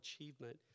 achievement